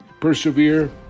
persevere